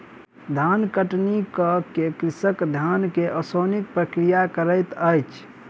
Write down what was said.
धान कटनी कअ के कृषक धान के ओसौनिक प्रक्रिया करैत अछि